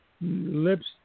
lips